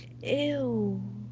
Ew